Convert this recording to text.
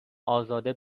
ازاده